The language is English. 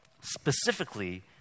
specifically